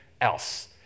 else